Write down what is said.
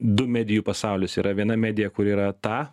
du medijų pasaulius yra viena medija kur yra ta